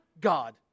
God